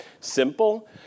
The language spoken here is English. Simple